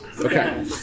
Okay